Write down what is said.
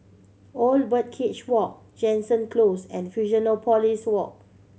Old Birdcage Walk Jansen Close and Fusionopolis Walk